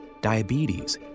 diabetes